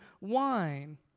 wine